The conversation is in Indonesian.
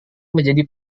menjadi